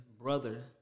brother